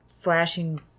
flashing